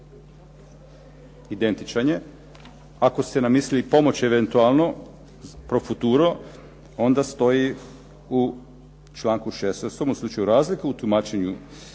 Identičan je. Ako ste nam mislili pomoći eventualno pro futuro onda stoji u članku 16. u slučaju razlika u tumačenju